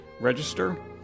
register